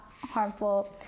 harmful